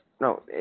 no